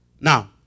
Now